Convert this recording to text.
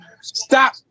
stop